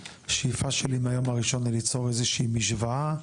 השאיפה שלי מהיום הראשון זה ליצור איזו שהיא משוואה.